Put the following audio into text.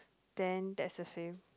then that's the same